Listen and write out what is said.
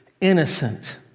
innocent